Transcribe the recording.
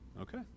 Okay